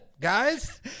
guys